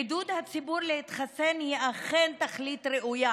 עידוד הציבור להתחסן הוא אכן תכלית ראויה,